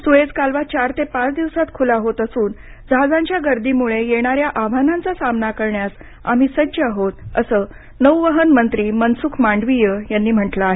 Suez कालवा चार ते पाच दिवसात खुला होत असून जहाजांच्या गर्दीमुळे येणाऱ्या आव्हानांचा सामना करण्यास आम्ही सज्ज आहोत असं नौवहन मंत्री मनसुख मांडवीय यांनी म्हटलं आहे